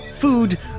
Food